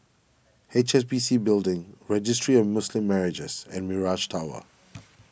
H S B C Building Registry of Muslim Marriages and Mirage Tower